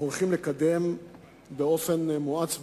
אנחנו הולכים לקדם באופן מואץ ביותר.